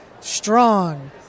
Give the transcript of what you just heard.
strong